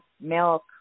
milk